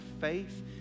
faith